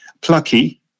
plucky